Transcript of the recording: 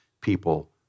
people